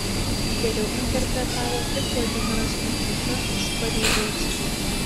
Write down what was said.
geriau interpretavo tik vladimiras mikulka iš paryžiaus